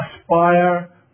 aspire